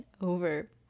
over